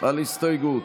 על הסתייגות.